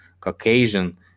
caucasian